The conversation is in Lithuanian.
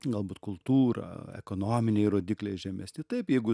galbūt kultūra ekonominiai rodikliai žemesni taip jeigu